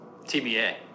TBA